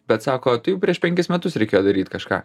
bet sako tai jau prieš penkis metus reikėjo daryt kažką